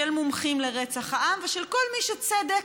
של מומחים לרצח העם ושל כל מי שצדק,